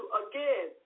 again